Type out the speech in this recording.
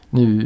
nu